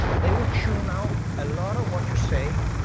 they will tune out a lot of what you say.